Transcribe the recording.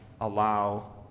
allow